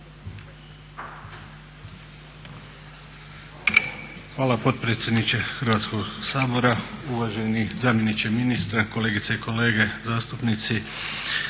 Hvala potpredsjedniče Hrvatskog sabora. Uvaženi zamjeniče ministra, kolegice i kolege zastupnici.